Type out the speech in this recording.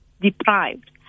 deprived